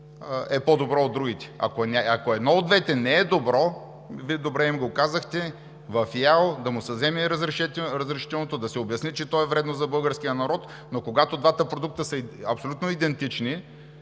е по-добър от другия. Ако един от двата не е добър, Вие добре им го казахте: в ИАЛ да му се вземе разрешителното, да се обясни, че той е вреден за българския народ, но когато двата продукта са абсолютно идентични,